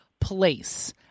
Place